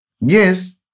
Yes